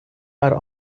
are